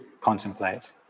contemplate